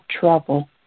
trouble